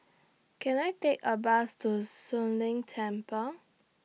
Can I Take A Bus to Soon Leng Temple